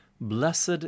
Blessed